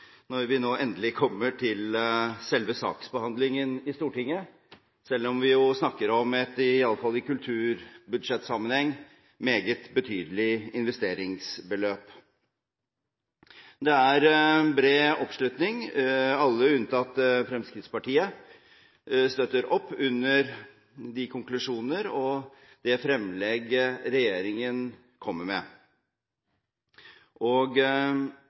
når vi nå endelig har kommet til selve saksbehandlingen i Stortinget, selv om vi snakker om et – i alle fall i kulturbudsjettsammenheng – meget betydelig investeringsbeløp. Det er bred oppslutning. Alle unntatt Fremskrittspartiet støtter opp om de konklusjoner og det fremlegg regjeringen har kommet med.